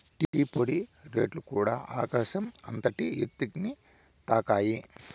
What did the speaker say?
tea పొడి రేట్లుకూడ ఆకాశం అంతటి ఎత్తుని తాకాయి